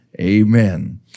Amen